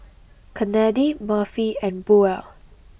Kennedi Murphy and Buel